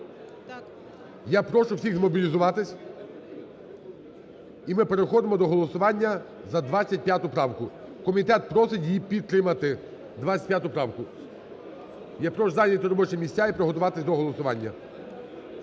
Я прошу всіх змобілізуватися, і ми переходимо до голосування за 25 правку. Комітет просить її підтримати 25 правку. Я прошу зайняти робочі місця і приготуватись до голосування.